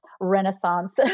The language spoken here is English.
renaissance